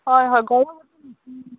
হয় হয়